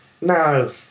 No